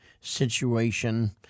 situation